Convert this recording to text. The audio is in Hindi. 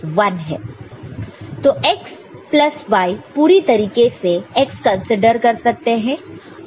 तो x प्लस y पूरी तरीके से x कंसीडर कर सकते हैं